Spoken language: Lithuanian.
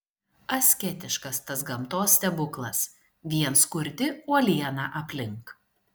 asketiškas tas gamtos stebuklas vien skurdi uoliena aplink